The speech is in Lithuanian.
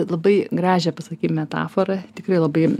labai gražią pasakyt metaforą tikrai labai